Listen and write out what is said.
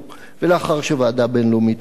ולאחר שוועדה בין-לאומית אמרה את דברה,